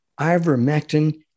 Ivermectin